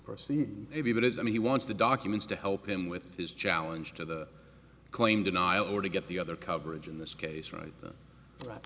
proceed maybe that is that he wants the documents to help him with his challenge to the claim denial or to get the other coverage in this case right right